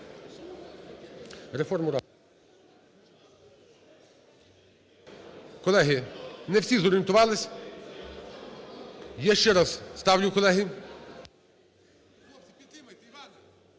голосування. Колеги, не всі зорієнтувались. Я ще раз ставлю, колеги…